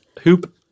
hoop